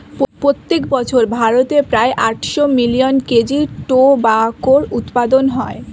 প্রত্যেক বছর ভারতে প্রায় আটশো মিলিয়ন কেজি টোবাকোর উৎপাদন হয়